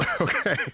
Okay